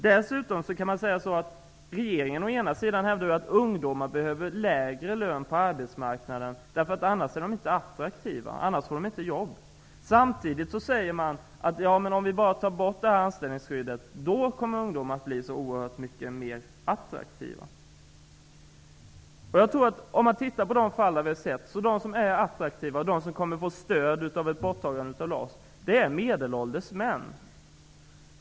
Dessutom hävdar regeringen att ungdomar skall ha lägre lön på arbetsmarknaden, annars är de inte attraktiva, annars får de inte jobb. Samtidigt säger man att om vi bara tar bort antställningsskyddet kommer ungdomar att bli oerhört mycket mer attraktiva. Om vi tittar på de fall som vi har sett är attraktiva, de som kommer att få stöd av ett borttagande av LAS, finner vi att de är medelålders män.